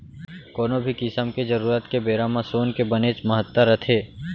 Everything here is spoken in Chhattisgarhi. कोनो भी किसम के जरूरत के बेरा म सोन के बनेच महत्ता रथे